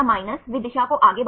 छात्र ब्लास्टक्लस्ट